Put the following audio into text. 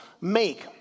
make